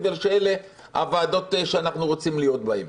בגלל שאלה הוועדות שאנחנו רוצים להיות בהן.